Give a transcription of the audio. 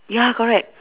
ya correct